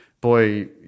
boy